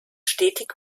stetig